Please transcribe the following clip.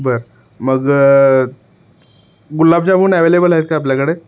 बरं मग गुलाबजामुन ॲवेलेबल आहेत का आपल्याकडे